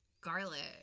garlic